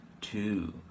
two